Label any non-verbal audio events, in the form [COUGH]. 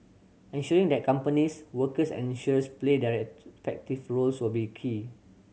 ensuring that companies workers and insurers play their [UNINTELLIGIBLE] roles will be key